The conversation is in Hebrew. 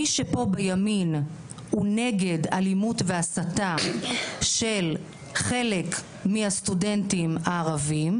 מי שפה בימין הוא נגד אלימות והסתה של חלק מהסטודנטים הערבים,